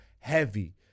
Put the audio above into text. heavy